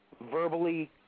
verbally